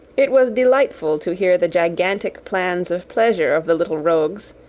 it was delightful to hear the gigantic plans of pleasure of the little rogues,